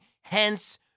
hence